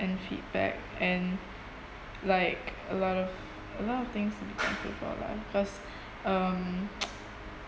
and feedback and like a lot of a lot of things to be thankful for lah because um